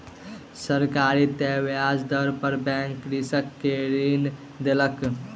सरकारी तय ब्याज दर पर बैंक कृषक के ऋण देलक